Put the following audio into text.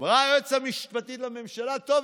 אמרה היועצת המשפטית לממשלה: טוב,